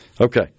Okay